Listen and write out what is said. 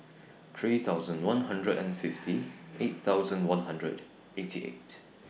three thousand one hundred and fifty eight thousand one hundred eighty eight